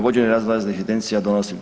Vođenje razno-raznih evidencija donosi.